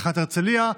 בתחנת הרצליה.